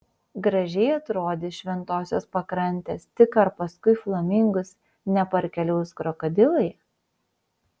gražiai atrodys šventosios pakrantės tik ar paskui flamingus neparkeliaus krokodilai